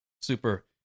super